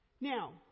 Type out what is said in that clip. Now